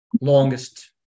longest